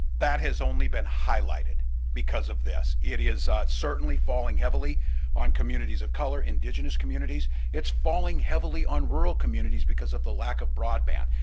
that has only been highlighted because of this. it is ah certainly falling heavily on communities of color, indigenous communities, it's falling heavily on rural communities because of the lack of broadband,